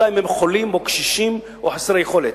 אלא אם הם חולים או קשישים או חסרי יכולת.